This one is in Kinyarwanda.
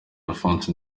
alphonse